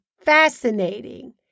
fascinating